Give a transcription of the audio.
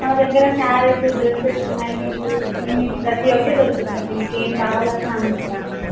మా దగ్గర saris dresses nighties chunnis ప్రతి ఒకటి దొరుకుతుందండి మీకేం కావాలన్నా అందిస్తాము